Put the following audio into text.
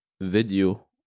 video